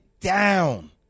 down